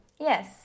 Yes